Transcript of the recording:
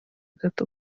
gato